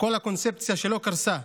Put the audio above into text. כל הקונספציה שלו קרסה,